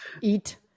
eat